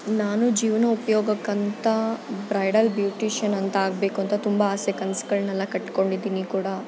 ನಾನು ಜೀವನೋಪಯೋಗಕ್ಕಂತ bridal beautician ಅಂತ ಆಗ್ಬೇಕೂಂತ ತುಂಬ ಆಸೆ ಕನ್ಸುಗಳ್ನಲ್ಲ ಕಟ್ಟಿಕೊಂಡಿದ್ದೀನಿ ಕೂಡ